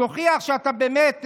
תוכיח שאתה באמת,